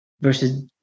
versus